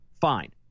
Fine